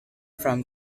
from